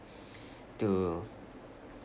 to